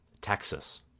Texas